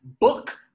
book